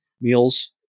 meals